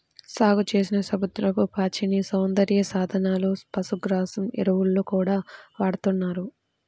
సాగుచేసిన సముద్రపు పాచిని సౌందర్య సాధనాలు, పశుగ్రాసం, ఎరువుల్లో గూడా వాడతన్నారు